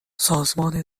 سازمان